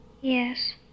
Yes